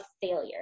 failure